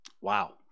Wow